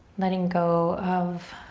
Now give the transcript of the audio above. letting go of